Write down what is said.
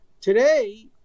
Today